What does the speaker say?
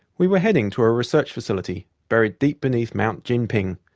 we were heading to a research facility buried deep beneath mount jinping.